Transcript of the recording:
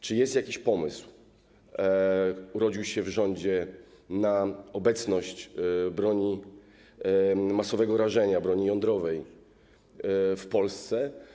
Czy jest jakiś pomysł, urodził się w rządzie, na obecność broni masowego rażenia, broni jądrowej w Polsce?